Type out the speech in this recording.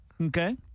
Okay